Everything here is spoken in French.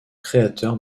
créateurs